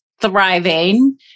thriving